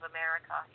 America